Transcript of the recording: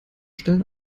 stellen